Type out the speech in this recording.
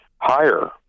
higher